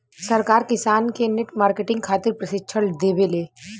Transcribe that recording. सरकार किसान के नेट मार्केटिंग खातिर प्रक्षिक्षण देबेले?